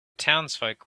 townsfolk